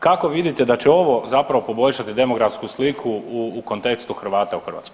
Kako vidite da će ovo zapravo poboljšati demografsku sliku u kontekstu Hrvata u Hrvatskoj?